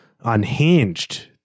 unhinged